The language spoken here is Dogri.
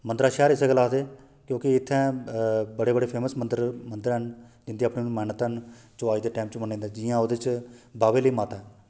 मंदरा दा शैहर इस गल्लै आखदे क्योंकि इत्थै बड़े बड़े फेमस मदंर मंदर हैन जिंदी अपनी मान्यता न जो अज्ज दे टाइम च मन्ने जंदे न जियां ओह्दे च बाह्वे आह्ली माता ऐ